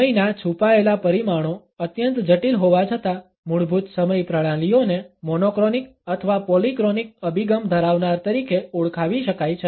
સમયના છુપાયેલા પરિમાણો અત્યંત જટિલ હોવા છતાં મૂળભૂત સમય પ્રણાલીઓને મોનોક્રોનિક અથવા પોલીક્રોનિક અભિગમ ધરાવનાર તરીકે ઓળખાવી શકાય છે